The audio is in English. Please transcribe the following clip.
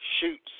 shoots